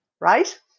Right